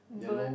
bird